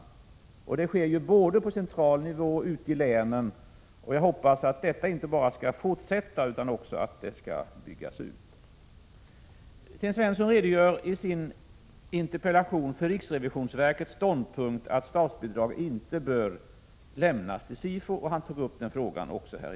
Utnyttjandet sker både på central nivå och ute i länen. Jag hoppas att detta inte bara skall fortsätta som hittills, utan att det också skall byggas ut. Sten Svensson redogör i sin interpellation för riksrevisionsverkets ståndpunkt att statsbidrag inte bör lämnas till SIFU. Han tog också upp den frågan här i dag.